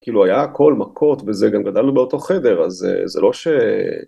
כאילו, היה הכל מכות, וזה גם גדלנו באותו חדר, אז זה לא ש...